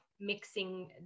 mixing